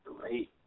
great